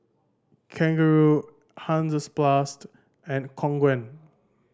Kangaroo Hansaplast and Khong Guan